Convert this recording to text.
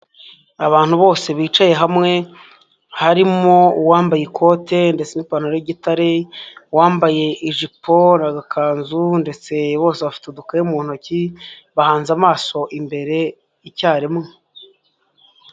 Abantu bose bicaye hamwe harimo uwambaye ikote ndetse n'ipantaro y'igitare, uwambaye ijipo, agakanzu ndetse bose bafite udukaye mu ntoki, bahanze amaso imbere icyarimwe.